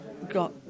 Got